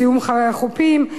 זיהום חופים,